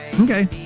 Okay